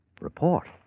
Report